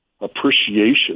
appreciation